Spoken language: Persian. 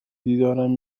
دیدارم